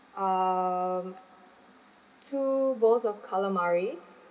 um two bowls of calamari